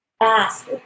ask